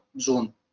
zone